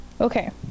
Okay